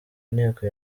inteko